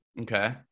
Okay